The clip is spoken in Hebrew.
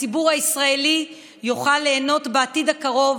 הציבור הישראלי יוכל ליהנות בעתיד הקרוב